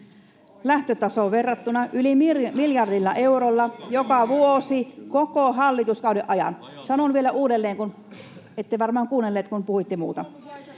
lähtötasoon verrattuna yli miljardilla eurolla joka vuosi koko hallituskauden ajan. — Sanon vielä uudelleen, kun ette varmaan kuunnelleet, kun puhuitte muuta.